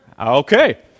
Okay